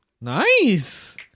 Nice